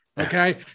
Okay